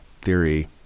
theory